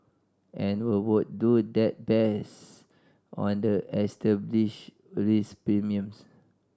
and we would do that based on the established risk premiums